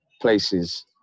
places